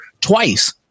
twice